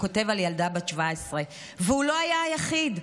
הוא כותב על ילדה בת 17. והוא לא היה היחיד.